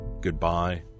Goodbye